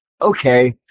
Okay